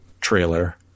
trailer